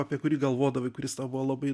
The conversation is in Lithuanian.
apie kurį galvodavai kuris tavo labai